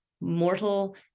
mortal